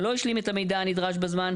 לא השלים את המידע הנדרש בזמן,